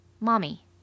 mommy